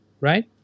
right